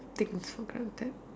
take for granted